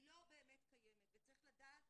וצריך לדעת